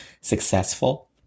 successful